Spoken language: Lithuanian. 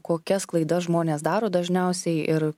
kokias klaidas žmonės daro dažniausiai ir